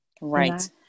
right